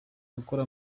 gukora